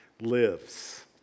lives